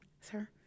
sir